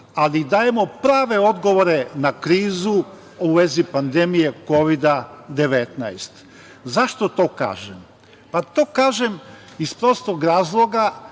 ali dajemo prave odgovore na krizu u vezi pandemije Kovida 19.Zašto to kažem? To kažem iz prostog razloga